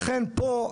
לכן פה,